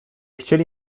chcieli